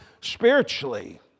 spiritually